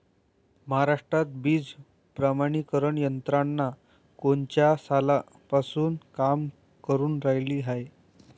महाराष्ट्रात बीज प्रमानीकरण यंत्रना कोनच्या सालापासून काम करुन रायली हाये?